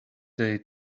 they